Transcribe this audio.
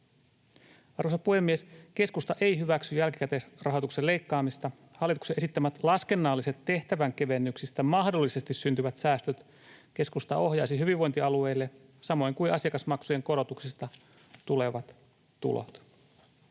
Arvoisa puhemies! Keskusta ei hyväksy jälkikäteisrahoituksen leikkaamista. Hallituksen esittämät laskennalliset, tehtävänkevennyksistä mahdollisesti syntyvät säästöt keskusta ohjaisi hyvinvointialueille, samoin kuin asiakasmaksujen korotuksista tulevat tulot.